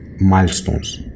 milestones